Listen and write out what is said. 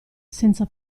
senza